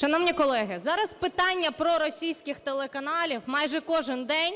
Шановні колеги, зараз питання проросійських телеканалів майже кожен день